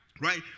Right